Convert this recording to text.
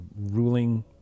ruling